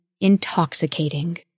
intoxicating